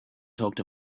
talked